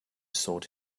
sought